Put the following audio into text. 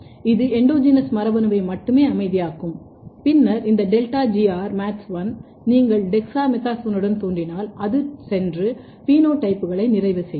இது எண்டோஜெனஸ் மரபணுவை மட்டுமே அமைதியாக்கும் பின்னர் இந்த டெல்டா GR MADS1 நீங்கள் டெக்ஸாமெதாசோனுடன் தூண்டினால் அது சென்று பினோடைப்களை நிறைவு செய்யும்